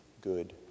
good